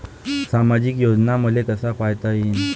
सामाजिक योजना मले कसा पायता येईन?